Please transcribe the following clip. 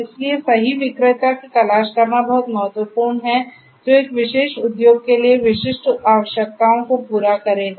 इसलिए सही विक्रेता की तलाश करना बहुत महत्वपूर्ण है जो एक विशेष उद्योग के लिए विशिष्ट आवश्यकताओं को पूरा करेगा